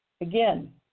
Again